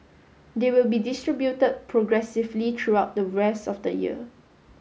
they will be distributed progressively throughout the rest of the year